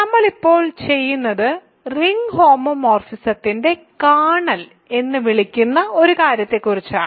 നമ്മൾ ഇപ്പോൾ ചെയ്യുന്നത് "റിംഗ് ഹോമോമോർഫിസത്തിന്റെ കേർണൽ " എന്ന് വിളിക്കുന്ന ഒരു കാര്യത്തെക്കുറിച്ചാണ്